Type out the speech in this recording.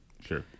Sure